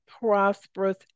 prosperous